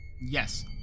Yes